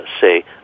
say